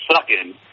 sucking